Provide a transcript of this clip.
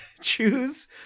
choose